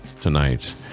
tonight